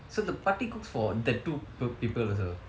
so the பாட்டி:paatti cooks for the two p~ people also